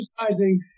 exercising